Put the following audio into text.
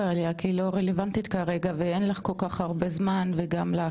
עליה כי היא לא רלוונטית כרגע ואין לך כל כך הרבה זמן לדבר,